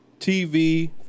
TV